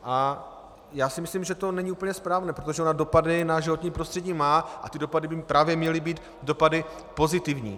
A já myslím, že to není úplně správné, protože ona dopady na životní prostředí má a ty dopady by právě měly být dopady pozitivní.